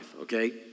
okay